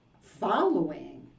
following